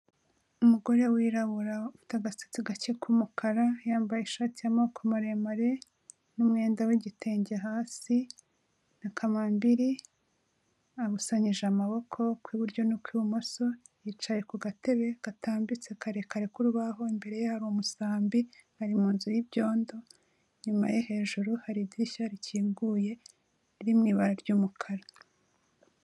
Umugore wirabura ufite agasatsi gake k'umukara, yambaye ishati y'amoko maremare n'umwenda w'igitenge hasi na kamambiri; yabusanyije amaboko kw'iburyo no kw'ibumoso. Yicaye ku gatebe katambitse kare kare k'urubaho, imbere ye hari umusambi; ari mu nzu y'ibyondo. Inyuma ye hejuru hari idirishya rikinguye riri mu ibara ry'umukara.